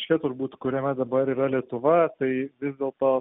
čia turbūt kuriame dabar yra lietuva tai vis dėlto